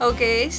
Okay